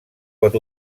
pot